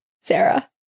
Sarah